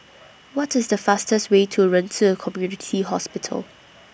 What IS The fastest Way to Ren Ci Community Hospital